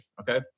okay